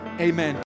amen